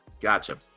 Gotcha